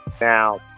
Now